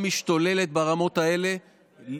--- תעזוב,